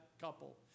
couple